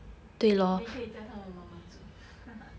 then 可以叫他的妈妈煮饭